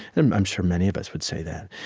and i'm sure many of us would say that,